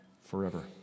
forever